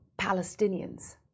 Palestinians